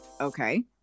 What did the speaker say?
okay